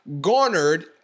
garnered